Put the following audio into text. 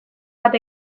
bat